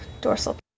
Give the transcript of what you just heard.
dorsal